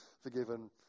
forgiven